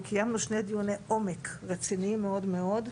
וקיימנו שני דיוני עומק רציניים מאוד מאוד,